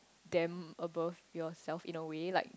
them above yourself in a way like